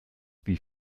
wie